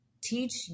teach